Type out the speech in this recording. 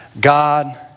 God